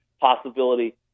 possibility